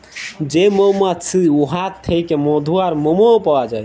যে মমাছি উয়ার থ্যাইকে মধু আর মমও পাউয়া যায়